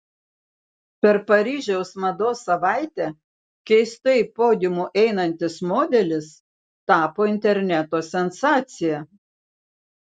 per paryžiaus mados savaitę keistai podiumu einantis modelis tapo interneto sensacija